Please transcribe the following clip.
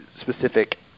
specific